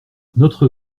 notre